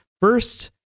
First